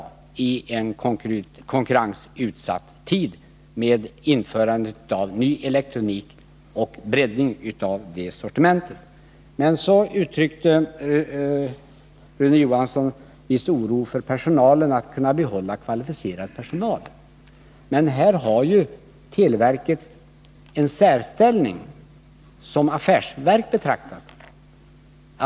Det gäller särskilt i en konkurrensutsatt tid, med införande av ny elektronik och en breddning av sortimentet. Rune Johansson uttryckte viss oro beträffande möjligheterna att behålla kvalificerad personal. Men här har televerket en särställning som affärsverk betraktat.